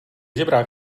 žebrák